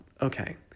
Okay